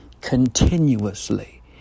continuously